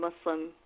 Muslim